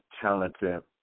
talented